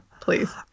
Please